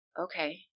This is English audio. Okay